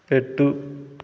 పెట్టు